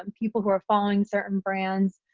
um people who are following certain brands.